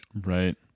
Right